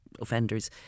offenders